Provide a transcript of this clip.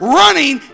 running